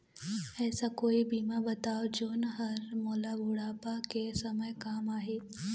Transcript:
ऐसे कोई बीमा बताव जोन हर मोला बुढ़ापा के समय काम आही?